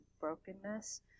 brokenness